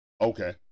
Okay